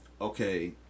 okay